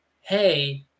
hey